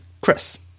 Chris